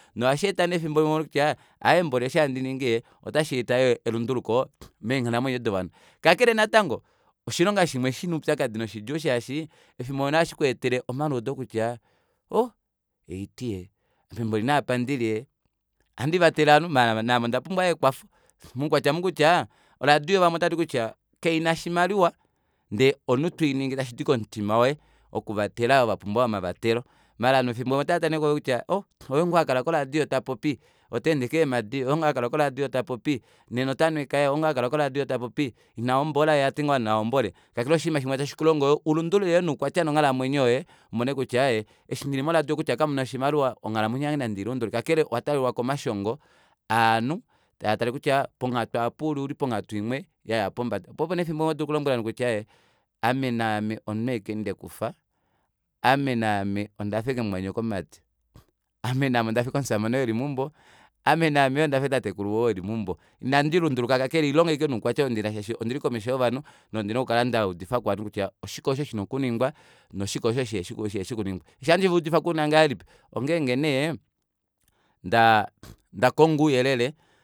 Nohasheeta nee efimbo limwe kutya aaye mboli osho handi ningi otasheeta yoo elunduluko meenghalamwenyo dovanhu kakale natango oshilonga shimwe shina oupyakadi noshidjuu shaashi efimbo limwe naave ohashikweetele omaliudo kutya ohh haiti ee mboli naapa ndili ohandi vatele ovanhu ndee naame ondapumbwa yoo ekwafo moukwatya ou kutya oradio vamwe otavati kutya kaina oshimaliwa ndee omunhu toiningi tashidi komutima woye okuvatela ovo vaumbwa omavatelo maala ovanhu vamwe otavatameke tavapopi kutya ooh oye ngoo ou hakala ko radio tapopi otaende keemadi oyengoo ouhakala koradio tapopi nena otanhu ekaya oyengoo ouhakala koradio tapopi ina hombola yee otati ngoo ovanhu nava hombole kakele oshima yoo shimwe tashikulongo ulundulule yoo noukwatya wonghalamwenyo yoye umone kutya aaye eshi ndili moradio kutya kamuna oshimaliwa onghalamwenyo yange nandi lundulule kakele owataalelwa komashongo aanhu tavatale kutya ponghatu apa uli ouliponghatu imwe yaya pombada poo opo nee efimbo limwe ohodulu okulombwela ovanhu kutya ee ame naame omunhu ashike ndekufa amenaame ondafa ashike omumwanyokomati ame naame ondafa ashike omushamane oo eli meumbo ame naameyo ondafa ashike tatekulu woye oo eli meumbo ina ndilunduluka kakele oilonga ashike noukwatya oundina shaashi ondili komesho yovanhu nondina okukala ndaudifako ovanhu kutya oshike osho shina okuningwa noshike oosho shihefi okuningwa sha ohandi vaudifako ouna ngahelipi ongeenge nee ndakongo ouyelele